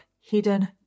hidden